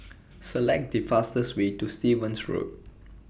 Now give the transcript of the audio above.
Select The fastest Way to Stevens Road